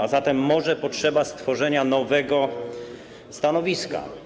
A zatem może potrzeba stworzenia nowego stanowiska.